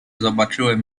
zobaczyłem